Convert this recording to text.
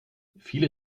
viele